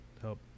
help